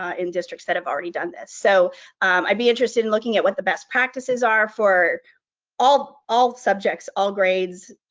ah in districts that have already done this. so i'd be interested in looking at what the best practices are for all, all subjects, all grades,